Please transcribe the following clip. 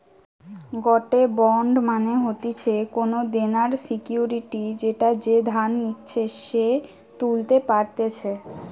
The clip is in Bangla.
গটে বন্ড মানে হতিছে কোনো দেনার সিকুইরিটি যেটা যে ধার নিচ্ছে সে তুলতে পারতেছে